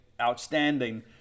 outstanding